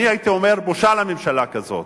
אני הייתי אומר: בושה לממשלה כזאת.